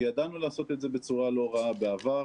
ידענו לעשות את זה בצורה לא רעה בעבר,